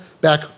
back